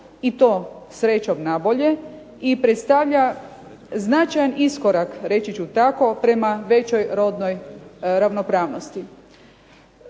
i to srećom nabolje i predstavlja značajan iskorak reći ću tako prema većoj rodnoj ravnopravnosti.